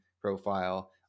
profile